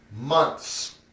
months